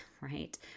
right